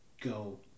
go